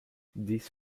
this